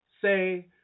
say